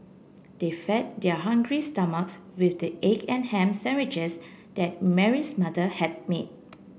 they fed their hungry stomachs with the egg and ham sandwiches that Mary's mother had made